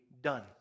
done